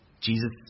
Jesus